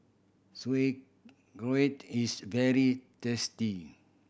sauerkraut is very tasty